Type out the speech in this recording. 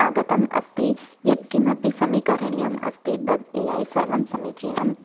आगतम् अस्ति यत् किमपि समीकरणीयम् अस्ति तद् ए ऐ सर्वं समीचीनं